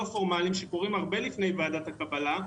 פורמליים שקורים הרבה לפני ועדת הקבלה,